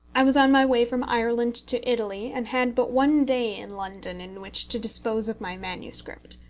i was on my way from ireland to italy, and had but one day in london in which to dispose of my manuscript.